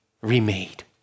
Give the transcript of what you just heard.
remade